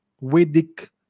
Vedic